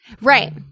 right